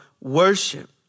worship